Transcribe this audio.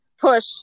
push